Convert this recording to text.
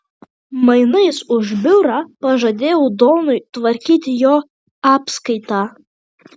mainais už biurą pažadėjau donui tvarkyti jo apskaitą